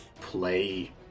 play